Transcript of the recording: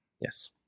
Yes